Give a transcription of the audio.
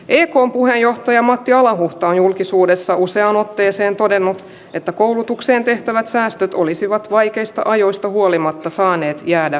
peli on puheenjohtaja matti alahuhtaan julkisuudessa useaan otteeseen todennut että koulutuksen tehtävät säästöt olisivat vaikeista ajoista huolimatta saaneet jäädä